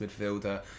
midfielder